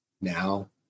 now